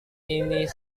ini